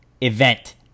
event